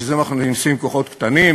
בשביל זה מכניסים כוחות קטנים,